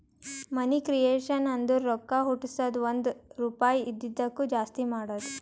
ಮನಿ creation ಅಂದುರ್ ರೊಕ್ಕಾ ಹುಟ್ಟುಸದ್ದು ಒಂದ್ ರುಪಾಯಿ ಇದಿದ್ದುಕ್ ಜಾಸ್ತಿ ಮಾಡದು